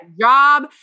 job